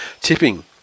Tipping